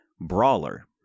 brawler